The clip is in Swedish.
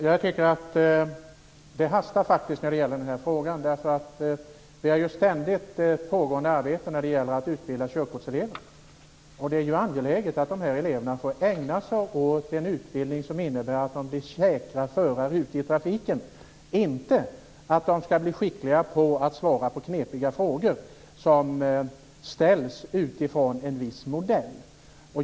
Herr talman! Jag tycker faktiskt att den här frågan hastar. Vi har ju ett ständigt pågående arbete att utbilda körkortselever. Det är angeläget att dessa elever får ägna sig åt en utbildning som innebär att de blir säkra förare ute i trafiken. Det handlar inte om att de skall bli skickliga i att svara på knepiga frågor som ställs utifrån en viss modell.